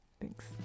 Thanks